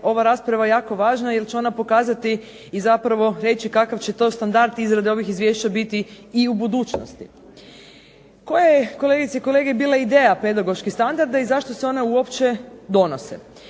ova rasprava jako važna jer će ona pokazati i zapravo reći kakav će to standard izrade ovih izvješća biti i u budućnosti. Koja je, kolegice i kolege, bila ideja pedagoških standarda i zašto se one uopće donose?